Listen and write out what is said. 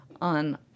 on